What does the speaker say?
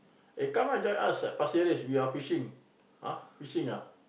eh come ah join us at Pasir Ris we are fishing !huh! fishing ah